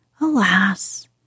Alas